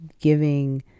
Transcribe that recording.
giving